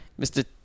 mr